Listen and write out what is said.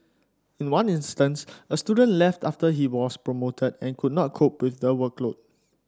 in one instance a student left after he was promoted and could not cope with the workload